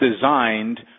designed